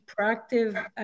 proactive